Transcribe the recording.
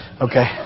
Okay